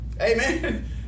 amen